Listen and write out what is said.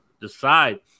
decide